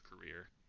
career